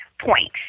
point